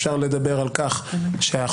אפשר לדבר על כך שהחוק